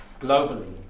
globally